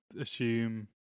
assume